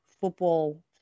football